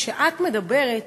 כשאת מדברת